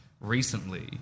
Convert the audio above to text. recently